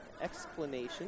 explanation